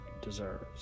deserves